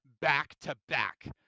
back-to-back